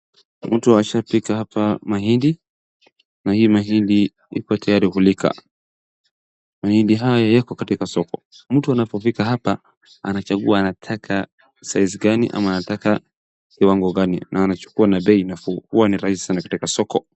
Mtu ashapika hapa mahindi na hii mahindi iko tayari kulika. Mahindi hayo yako katika soko. Mtu anapofika hapa anachagua anataka size gani ama anataka kiwango gani na anachukua na bei nafuu, huwa ni rahisi sana katika soko.